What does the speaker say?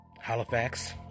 Halifax